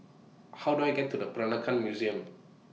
How Do I get to The Peranakan Museum